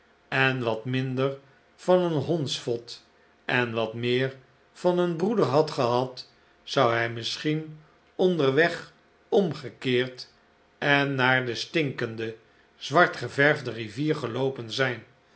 en wat minder van een hondsvot en wat meer van een breeder had gehad zou hij misschien onderweg omgekeerd en naar de stinkende zwart geverfde rivier geloopen zijn